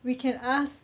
we can ask